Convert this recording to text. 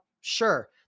Sure